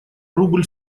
рубль